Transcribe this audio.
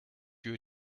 you